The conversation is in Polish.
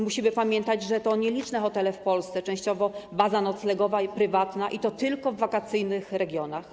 Musimy pamiętać, że to nieliczne hotele w Polsce, częściowo baza noclegowa prywatna, i to tylko w wakacyjnych regionach.